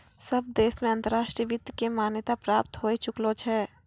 सब देश मे अंतर्राष्ट्रीय वित्त के मान्यता प्राप्त होए चुकलो छै